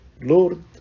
Lord